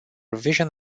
vision